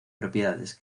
propiedades